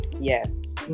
Yes